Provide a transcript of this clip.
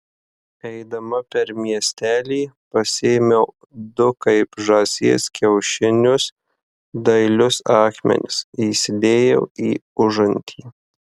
eidama per miestelį pasiėmiau du kaip žąsies kiaušinius dailius akmenis įsidėjau į užantį